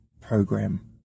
program